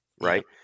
right